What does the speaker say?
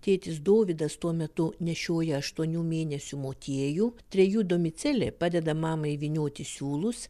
tėtis dovydas tuo metu nešioja aštuonių mėnesių motiejų trejų domicelė padeda mamai vynioti siūlus